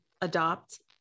adopt